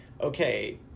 okay